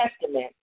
Testament